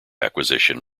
acquisition